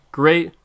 great